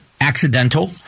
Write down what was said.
Accidental